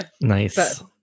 Nice